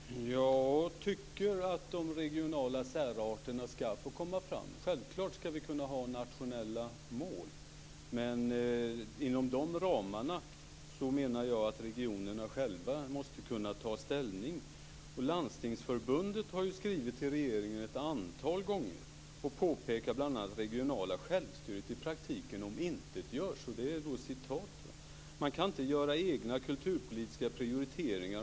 Fru talman! Jag tycker att de regionala särarterna skall få komma fram. Vi skall självfallet kunna ha nationella mål, men jag menar att regionerna själva måste kunna ta ställning inom de ramarna. Landstingsförbundet har ju skrivit till regeringen ett antal gånger och bl.a. påpekat att det regionala självstyret i praktiken omintetgörs. Man kan inte göra egna kulturpolitiska prioriteringar.